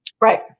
Right